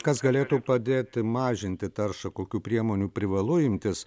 kas galėtų padėti mažinti taršą kokių priemonių privalu imtis